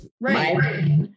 right